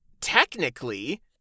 technically